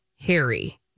Harry